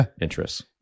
interests